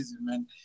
man